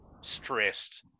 stressed